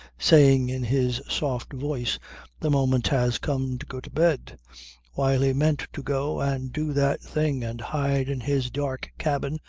saying in his soft voice the moment has come to go to bed while he meant to go and do that thing and hide in his dark cabin,